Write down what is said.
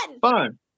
fun